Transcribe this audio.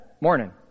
Morning